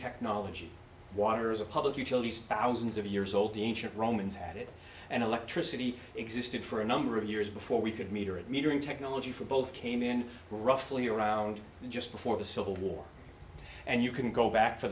technology water's a public utilities thousands of years old ancient romans had it and electricity existed for a number of years before we could meter it metering technology for both came in roughly around just before the civil war and you can go back